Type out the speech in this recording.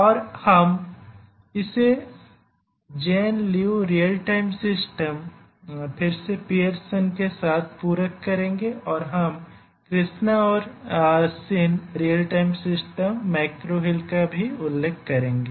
और हम इसे Jane Liu real time system फिर से पीयरसन के साथ पूरक करेंगे और हम कृष्णा और Shin real time system McGraw Hill का भी उल्लेख करेंगे